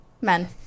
Men